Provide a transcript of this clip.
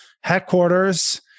headquarters